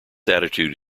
attitude